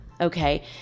Okay